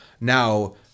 now